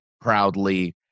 proudly